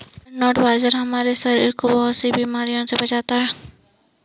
barnyard बाजरा हमारे शरीर को बहुत सारी बीमारियों से बचाता है